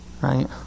Right